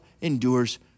endures